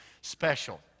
special